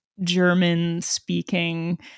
German-speaking